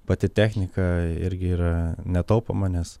pati technika irgi yra netaupoma nes